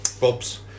Bob's